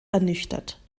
ernüchtert